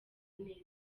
neza